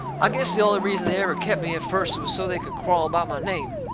i guess the only reason they ever kep' me at first was so they could quarrel about my name.